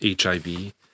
HIV